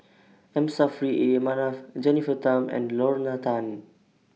M Saffri A Manaf Jennifer Tham and Lorna Tan